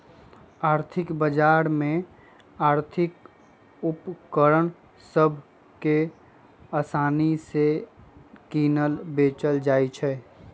आर्थिक बजार में आर्थिक उपकरण सभ के असानि से किनल बेचल जाइ छइ